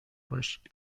باشید